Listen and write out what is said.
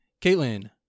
Caitlin